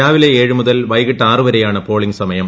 രാവിലെ ഏഴ് മുതൽ വൈകിട്ട് ആറ് വരെയാണ് പോളിംഗ് സമയം